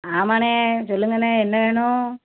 ஆமாண்ணே சொல்லுங்கண்ணே என்ன வேணும்